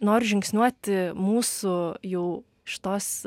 nors žingsniuoti mūsų jau šitos